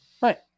right